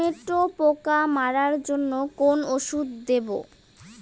টমেটোর পোকা মারার জন্য কোন ওষুধ দেব?